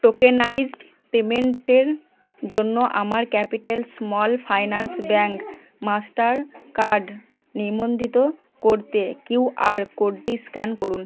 tokenised পেমেন্টের জন্য আমার capital small finance bank Mastercard নিবন্ধিত করতে কিউআর কোডটি স্ক্যান করুন